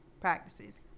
practices